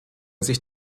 sich